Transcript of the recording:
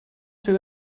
sydd